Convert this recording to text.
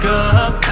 up